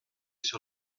sur